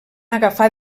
agafar